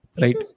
right